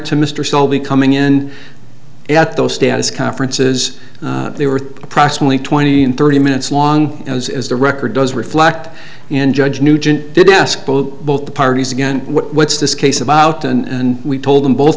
to mr selby coming in at those status conferences they were approximately twenty and thirty minutes long as is the record does reflect in judge nugent did ask both both parties again what's this case about and we told them both